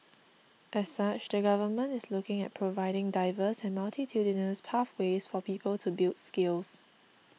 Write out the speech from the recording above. as such the Government is looking at providing diverse and multitudinous pathways for people to build skills